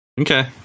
okay